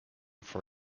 for